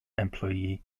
employee